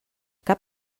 cap